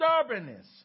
stubbornness